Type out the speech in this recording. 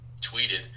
tweeted